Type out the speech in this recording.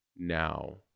now